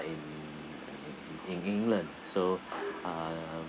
in in england so uh